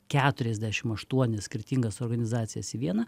keturiasdešim aštuonias skirtingas organizacijas į vieną